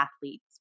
athletes